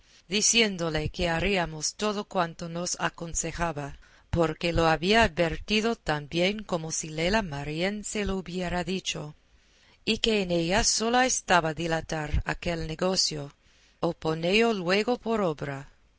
diciéndole que haríamos todo cuanto nos aconsejaba porque lo había advertido tan bien como si lela marién se lo hubiera dicho y que en ella sola estaba dilatar aquel negocio o ponello luego por obra